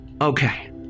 Okay